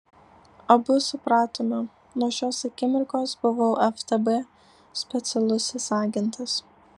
abu supratome nuo šios akimirkos buvau ftb specialusis agentas